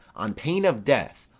on pain of death,